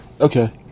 Okay